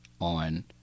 on